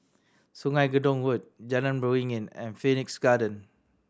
Sungei Gedong Road Jalan Beringin and Phoenix Garden